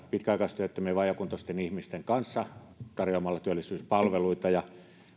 pitkäaikaistyöttömien ja vajaakuntoisten ihmisten kanssa tarjoamalla työllisyyspalveluita